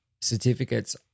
certificates